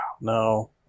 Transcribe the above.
No